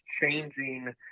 changing